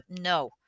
no